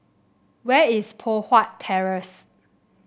where is Poh Huat Terrace